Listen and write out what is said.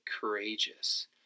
courageous